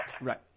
Right